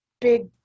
big